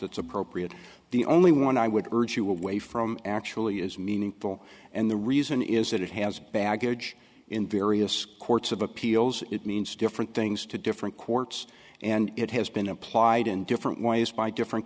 that's appropriate the only one i would urge you away from actually is meaningful and the reason is that it has baggage in various courts of appeals it means different things to different courts and it has been applied in different ways by different